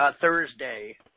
Thursday